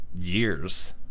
years